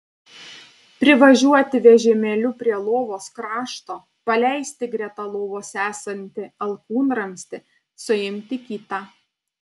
privažiuoti vežimėliu prie lovos krašto paleisti greta lovos esantį alkūnramstį suimti kitą